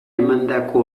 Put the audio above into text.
emandako